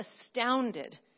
astounded